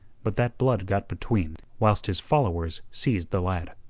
but that blood got between, whilst his followers seized the lad.